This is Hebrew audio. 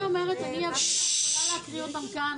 אני יכולה להקריא את הקריטריונים כאן,